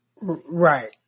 Right